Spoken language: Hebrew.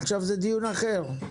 עכשיו זה דיון אחר.